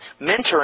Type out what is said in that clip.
mentoring